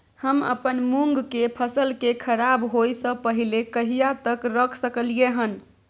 हम अपन मूंग के फसल के खराब होय स पहिले कहिया तक रख सकलिए हन?